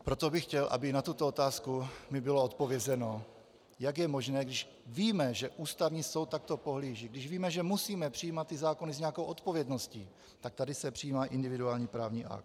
Proto bych chtěl, aby mi na tuto otázku bylo odpovězeno, jak je možné, když víme, že Ústavní soud takto pohlíží, když víme, že musíme přijímat zákony s nějakou odpovědností, tak tady se přijímá individuální právní akt.